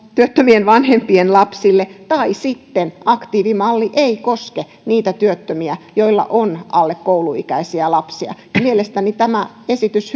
työttömien vanhempien lapsille tai sitten aktiivimalli ei koske niitä työttömiä joilla on alle kouluikäisiä lapsia mielestäni tämä esitys